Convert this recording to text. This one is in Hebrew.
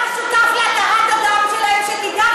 אתה שותף להתרת הדם שלהם, שתדע.